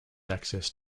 access